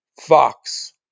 Fox